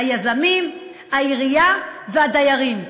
היזמים, העירייה והדיירים.